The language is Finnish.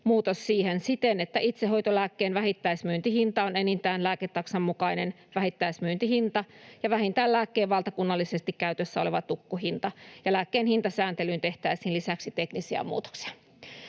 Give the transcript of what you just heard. muutos siihen siten, että itsehoitolääkkeen vähittäismyyntihinta on enintään lääketaksan mukainen vähittäismyyntihinta ja vähintään lääkkeen valtakunnallisesti käytössä oleva tukkuhinta. Lääkkeen hintasääntelyyn tehtäisiin lisäksi teknisiä muutoksia.